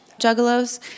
Juggalos